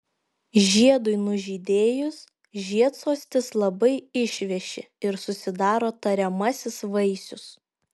žiedui nužydėjus žiedsostis labai išveši ir susidaro tariamasis vaisius